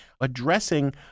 addressing